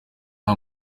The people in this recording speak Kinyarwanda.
nta